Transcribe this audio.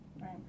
Right